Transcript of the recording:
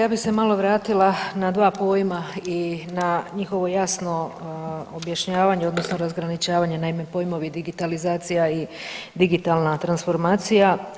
Ja bi se malo vratila na dva pojma i na njihovo jasno objašnjavanje, odnosno razgraničavanje, naime pojmovi digitalizacija i digitalna transformacija.